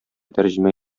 тәрҗемә